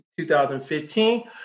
2015